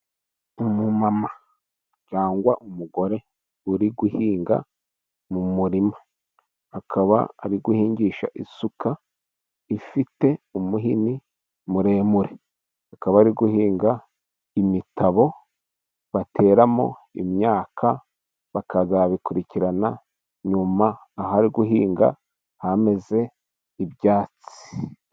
Umumama cyangwa umugore uri guhinga mu murima, akaba ari guhingisha isuka ifite umuhini muremure, akaba ari guhinga imitabo bateramo imyaka, bakazabikurikirana nyuma, aho ari guhinga hameze ibyatsi.